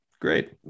Great